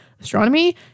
astronomy